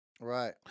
Right